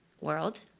world –